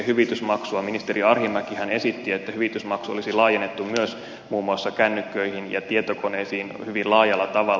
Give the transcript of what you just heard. ministeri arhinmäkihän esitti että hyvitysmaksu olisi laajennettu myös muun muassa kännyköihin ja tietokoneisiin hyvin laajalla tavalla